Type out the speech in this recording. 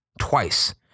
twice